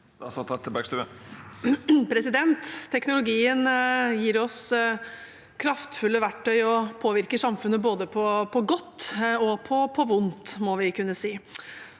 Tek- nologien gir oss kraftfulle verktøy og påvirker samfunnet både på godt og på vondt, må vi kunne si.